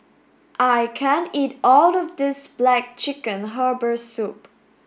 I can't eat all of this black chicken herbal soup